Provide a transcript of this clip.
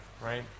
right